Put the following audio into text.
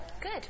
Good